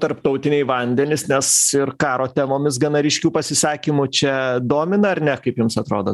tarptautiniai vandenys nes ir karo temomis gana ryškių pasisakymų čia domina ar ne kaip jums atrodo